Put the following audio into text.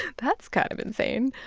that's kind of insane.